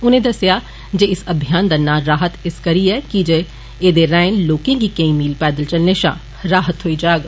उनें दस्सेआ जे इस अभियान दा ना 'राहत' इस करी ऐ की जे एहदे राए लोके गी कई मील पैदल चलने षा राहत थ्होई जाग